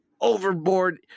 overboard